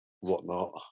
whatnot